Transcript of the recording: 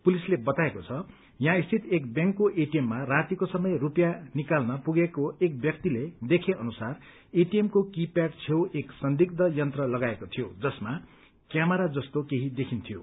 पुलिसले बताएको छ यहाँ स्थित एक ब्यांकको एटीएममा रातीको समय रुपियाँ निकाल्न पुगेको एक व्यक्तिले देखे अनुसार एटीएमको की प्याड छेउ एक सन्दिग्ध यन्त्र लगाएको थियो जसमा क्यामेरा जस्तो केही देखिन्थ्यो